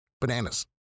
Bananas